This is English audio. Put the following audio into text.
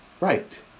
right